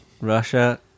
Russia